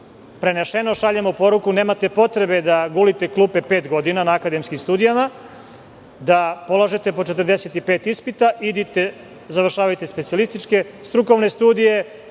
studiraju šaljemo poruku – nemate potrebe da gulite klupe pet godina na akademskim studijama, da polažete po 45 ispita, idite, završavajte specijalističke strukovne studije